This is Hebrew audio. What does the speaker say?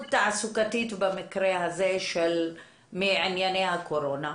תעסוקתית במקרה הזה של ענייני הקורונה.